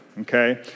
okay